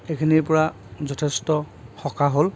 সেইখিনিৰপৰা যথেষ্ট সকাহ হ'ল